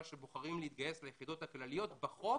שבוחרים להתגייס ליחידות הכלליות בחוק